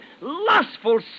lustful